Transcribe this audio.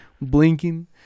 blinking